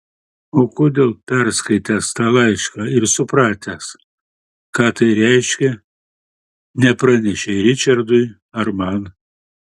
o kodėl perskaitęs tą laišką ir supratęs ką tai reiškia nepranešei ričardui ar man